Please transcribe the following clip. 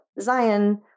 Zion